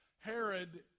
Herod